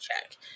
check